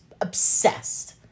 Obsessed